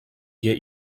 get